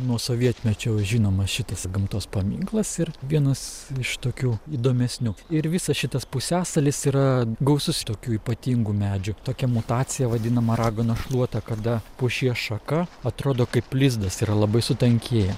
nuo sovietmečio žinomas šitas gamtos paminklas ir vienas iš tokių įdomesnių ir visas šitas pusiasalis yra gausus tokių ypatingų medžių tokia mutacija vadinama raganos šluota kada pušies šaka atrodo kaip lizdas yra labai sutankėja